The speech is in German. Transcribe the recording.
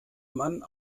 man